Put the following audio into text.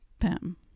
Pam